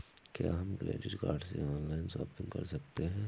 क्या हम credit card से ऑनलाइन शॉपिंग कर सकते हैं?